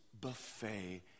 buffet